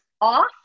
off